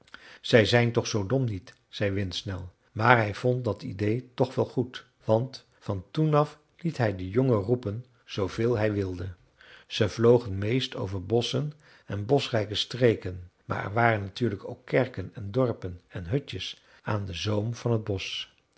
zij zijn toch zoo dom niet zei windsnel maar hij vond dat idee toch wel goed want van toen af liet hij den jongen roepen zooveel hij wilde zij vlogen meest over bosschen en boschrijke streken maar er waren natuurlijk ook kerken en dorpen en hutjes aan den zoom van t bosch